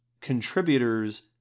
contributors